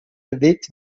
bewegt